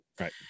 Right